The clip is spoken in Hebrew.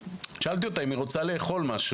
ושאלתי אותה האם היא רוצה לאכול משהו.